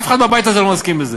אף אחד בבית הזה לא מסכים לזה.